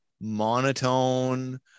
monotone